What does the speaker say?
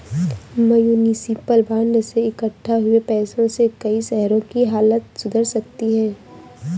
municipal bond से इक्कठा हुए पैसों से कई शहरों की हालत सुधर सकती है